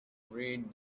read